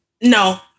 No